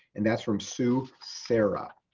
and that's from sue sarah.